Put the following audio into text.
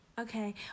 Okay